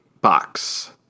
box